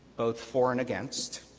both for and against,